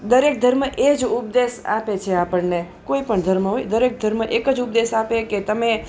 દરેક ધર્મ એ જ ઉપદેશ આપે છે આપણને કોઈ પણ ધર્મ હોય દરેક ધર્મ એક જ ઉપદેશ આપે કે તમે